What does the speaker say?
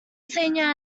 senior